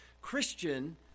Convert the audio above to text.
Christian